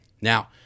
now